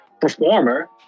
performer